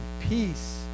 peace